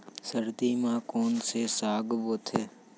सर्दी मा कोन से साग बोथे?